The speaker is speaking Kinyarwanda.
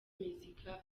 muzika